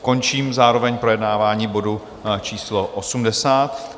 Končím zároveň projednávání bodu číslo 80.